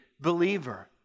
believer